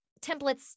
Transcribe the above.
templates